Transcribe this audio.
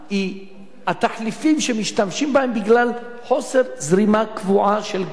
היא התחליפים שמשתמשים בהם בגלל חוסר זרימה קבועה של גז.